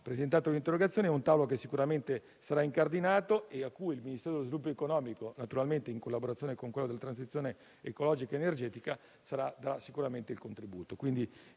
presentato l'interrogazione sarà sicuramente incardinato e il Ministero dello sviluppo economico, naturalmente in collaborazione con quello della transizione ecologica ed energetica, darà il proprio contributo.